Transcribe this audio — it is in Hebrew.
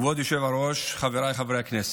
כבוד היושב-ראש, חבריי חברי הכנסת,